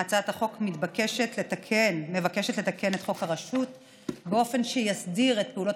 הצעת החוק מבקשת לתקן את חוק הרשות באופן שיסדיר את פעולות